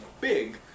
big